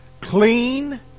Clean